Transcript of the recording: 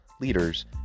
leaders